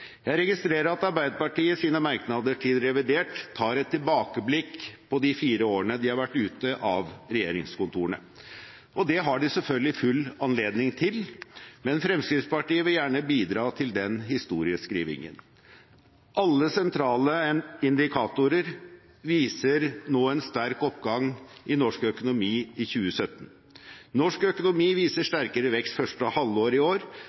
Jeg registrerer at Arbeiderpartiet i sine merknader til revidert tar et tilbakeblikk på de fire årene de har vært ute av regjeringskontorene, og det har de selvfølgelig full anledning til. Men Fremskrittspartiet vil gjerne bidra til den historieskrivingen. Alle sentrale indikatorer viser nå en sterk oppgang i norsk økonomi i 2017. Norsk økonomi viser sterkere vekst 1. halvår i år,